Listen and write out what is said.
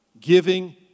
Giving